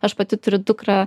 aš pati turiu dukrą